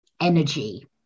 energy